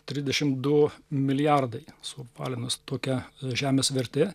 trisdešimt du milijardai suapvalinus tokia žemės vertė